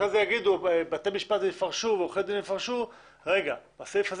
אחר כך בתי המשפט יפרשו ועורכי הדין יפרשו שבסעיף הזה